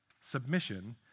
Submission